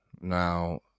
Now